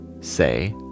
say